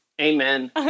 Amen